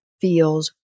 feels